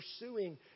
pursuing